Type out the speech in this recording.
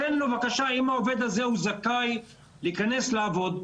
אם העובד הזה הוא זכאי להיכנס לעבוד,